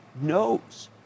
knows